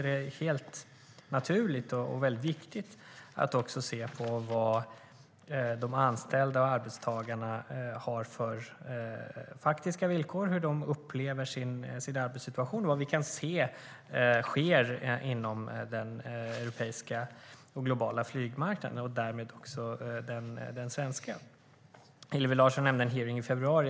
Det är naturligt och viktigt att också se vad de anställda, arbetstagarna, har för faktiska villkor, hur de upplever sin arbetssituation och vad vi ser hända inom den europeiska och globala flygmarknaden och därmed också den svenska. Hillevi Larsson nämnde en hearing i februari.